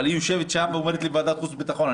אבל היא יושבת שם ואומרים לי ועדת חוץ וביטחון.